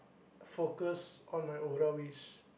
focus on my oral which